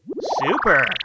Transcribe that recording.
super